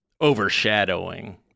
overshadowing